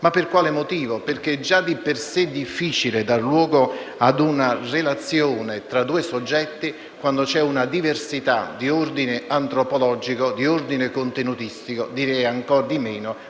Ma per quale motivo? Perché già di per sé è difficile dar luogo ad una relazione tra due soggetti quando vi è una diversità di ordine antropologico, di ordine contenutistico e direi ancor più